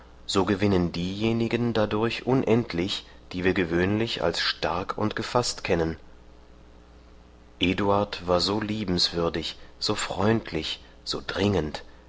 so gewinnen diejenigen dadurch unendlich die wir gewöhnlich als stark und gefaßt kennen eduard war so liebenswürdig so freundlich so dringend